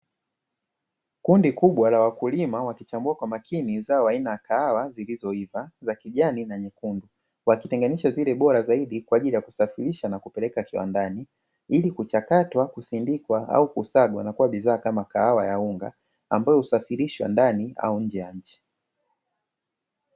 Kundi kubwa la wakulima, wakichambua zao aina ya kahawa zilizoiva za kijani na nyekundu, wakitenganisha zile bora zaidi kwa ajili ya kusafirisha na kupeleka kiwandani ili kuchakatwa, kusindikwa au kusagwa na kuwa bidhaa kama kahawa ya unga ambayo husafirishwa ndani na nje ya nchi.